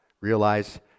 realize